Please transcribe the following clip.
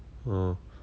oh